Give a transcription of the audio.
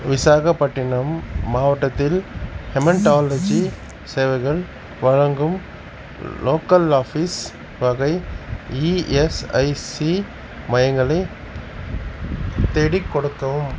விசாகப்பட்டினம் மாவட்டத்தில் ஹெமன்டாலஜி சேவைகள் வழங்கும் லோக்கல் ஆஃபீஸ் வகை இஎஸ்ஐசி மையங்களை தேடிக் கொடுக்கவும்